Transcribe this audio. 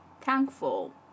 thankful